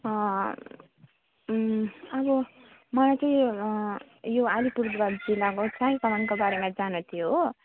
अब मलाई चाहिँ यो अलिपुरद्वार जिल्लाको चियाबगानको बारेमा जान्नु थियो हो